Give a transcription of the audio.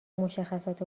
مشخصات